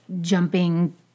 jumping